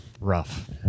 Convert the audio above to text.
rough